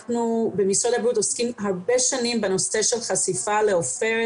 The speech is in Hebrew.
אנחנו במשרד הבריאות עוסקים הרבה שנים בנושא של חשיפה לעופרת.